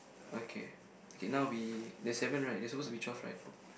okay okay now we there's seven right there's suppose to be twelve right